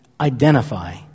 identify